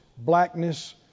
Blackness